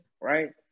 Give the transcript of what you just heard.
right